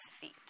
feet